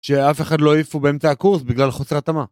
שאף אחד לא העיפו באמצע הקורס, בגלל חוסר התאמה.